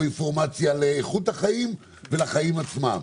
אינפורמציה לאיכות החיים ולחיים עצמם.